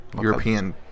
European